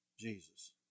Jesus